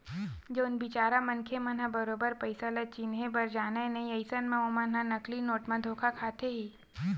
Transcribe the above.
जउन बिचारा मनखे मन ह बरोबर पइसा ल चिनहे बर जानय नइ अइसन म ओमन ह नकली नोट म धोखा खाथे ही